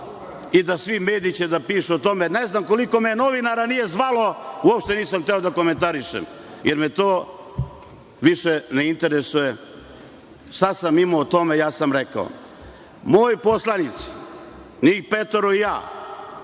i da će svi mediji da pišu o tome. Ne znam koliko me novinara zvalo, uopšte nisam hteo da komentarišem, jer me to više ne interesuje. Šta sam imao o tome, ja sam rekao. Moji poslanici, njih petoro i ja,